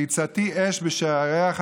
והצתי אש בשעריה",